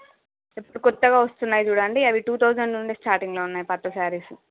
ఇప్పుడు కొత్తగా వస్తున్నాయి చూడండి అవి టూ థౌసండ్ నుండే స్టార్టింగ్లో ఉన్నాయి పట్టు సారీస్